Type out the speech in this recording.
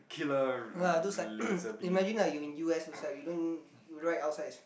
uh those like imagine like you in u_s those side you don't ride outside it's